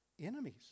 enemies